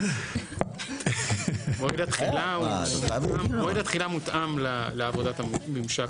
מועד התחילה מותאם לעבודת הממשק.